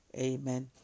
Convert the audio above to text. Amen